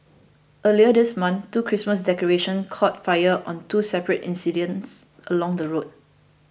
earlier this month two Christmas decorations caught fire on two separate incidents along the road